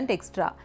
Extra